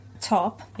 top